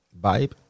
vibe